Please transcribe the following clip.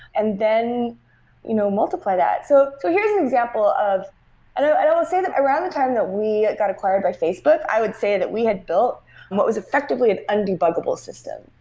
and then you know multiply that. so so here's an example of i will say that around the time that we got acquired by facebook, i would say that we had built what was effectively an undebuggable system.